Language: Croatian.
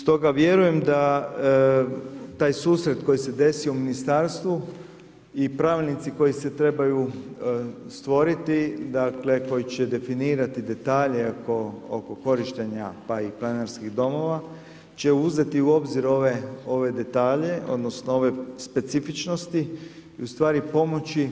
Stoga vjerujem da taj susret koji se desio u ministarstvu i pravilnici koji se trebaju stvoriti koji će definirati detalje oko korištenja pa i planinarskih domova će uzeti u obzir ove detalje odnosno ove specifičnosti i pomoći